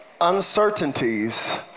Uncertainties